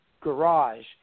garage